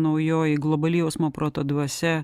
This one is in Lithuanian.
naujoji globali jausmo proto dvasia